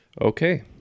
Okay